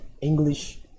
English